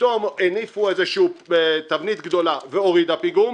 פתאום הניפו איזושהי תבנית גדולה והורידה פיגום,